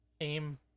aim